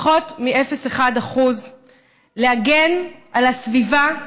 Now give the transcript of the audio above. פחות מ-0.1% להגן על הסביבה,